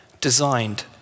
designed